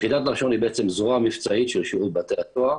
יחידת נחשון היא זרוע מבצעית של שירות בתי הסוהר